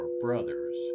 brothers